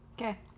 Okay